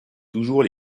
toujours